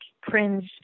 cringe